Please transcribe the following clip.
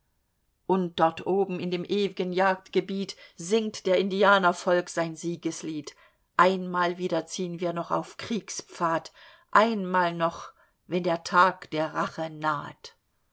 und dort oben in dem ew'gen jagdgebiet singt der indianer volk sein siegeslied einmal wieder ziehn wir noch auf kriegespfad einmal noch wenn der tag der rache naht